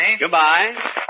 Goodbye